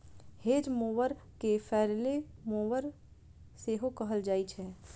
hedge mower कें flail mower सेहो कहल जाइ छै